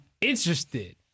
interested